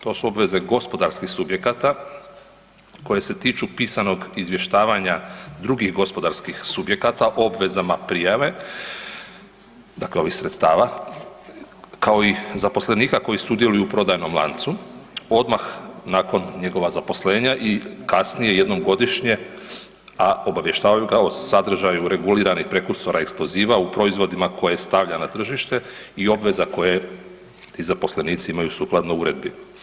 To su obveze gospodarskih subjekata koje se tiču pisanog izvještavanja drugih gospodarskih subjekata o obvezama prijave, dakle ovih sredstava, kao i zaposlenika koji sudjeluju u prodajnom lancu odmah nakon njegova zaposlenja i kasnije jednom godišnje, a obavještavaju ga o sadržaju reguliranih prekursora eksploziva u proizvodima koje stavlja na tržište i obveza koje ti zaposlenici imaju sukladno uredbi.